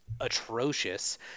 atrocious